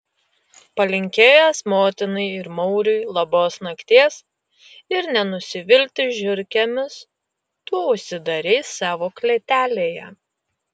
palinkėjęs motinai ir mauriui labos nakties ir nenusivilti žiurkėmis tu užsidarei savo klėtelėje